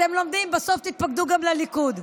בסוף תתפקדו גם לליכוד.